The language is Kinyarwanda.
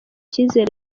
icyizere